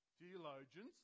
Theologians